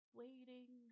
waiting